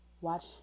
watch